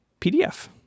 pdf